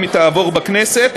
אם היא תעבור בכנסת,